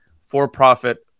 for-profit